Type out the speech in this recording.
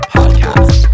Podcast